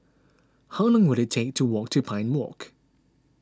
how long will it take to walk to Pine Walk